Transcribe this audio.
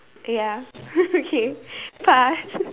eh ya okay fast